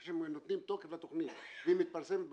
אחרי שנותנים תוקף לתוכנית והיא מתפרסמת ברשומות,